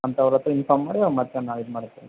ಅಂತ ಅವ್ರ ಹತ್ರ ಇನ್ಫಾರ್ಮ್ ಮಾಡಿ ನಾವು ಮತ್ತೆ ನಾವು ಇದು ಮಾಡ್ತೀನಿ